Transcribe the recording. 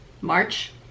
March